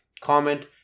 comment